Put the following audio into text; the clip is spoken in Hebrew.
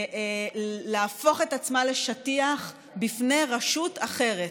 להפוך את עצמה לשטיח בפני רשות אחרת.